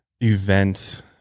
event